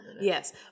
yes